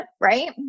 Right